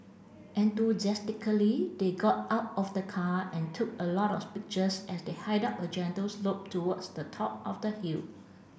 enthusiastically they got out of the car and took a lot of pictures as they hiked up a gentle slope towards the top of the hill